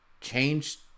change